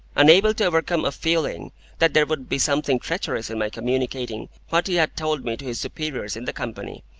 unable to overcome a feeling that there would be something treacherous in my communicating what he had told me to his superiors in the company,